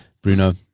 Bruno